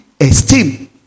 esteem